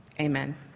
Amen